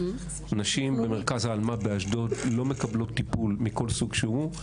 נשים במרכז באשדוד לא מקבלות טיפול מכל סוג שהוא.